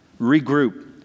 regroup